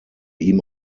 ihm